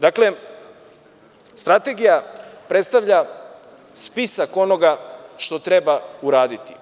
Dakle, strategija predstavlja spisak onoga što treba uraditi.